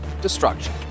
destruction